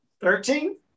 Thirteen